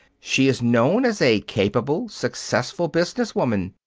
she is known as a capable, successful business woman.